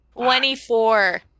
Twenty-four